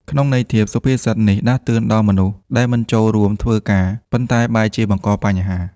ក្នុងន័យធៀប សុភាសិតនេះដាស់តឿនដល់មនុស្សដែលមិនចូលរួមធ្វើការ ប៉ុន្តែបែរជាបង្កបញ្ហា។